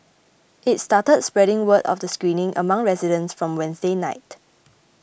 it started spreading word of the screening among residents from Wednesday night